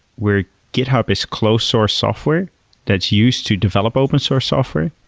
where github is close source software that's used to develop open source software.